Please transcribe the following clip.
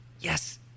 Yes